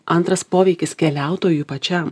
antras poveikis keliautojui pačiam